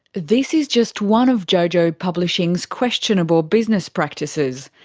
this is just one of jojo publishing's questionable business practices.